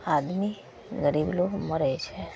आदमी गरीब लोक मरै छै